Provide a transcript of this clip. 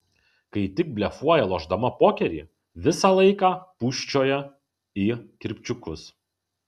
kai tik blefuoja lošdama pokerį visą laiką pūsčioja į kirpčiukus